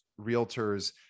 realtors